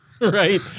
Right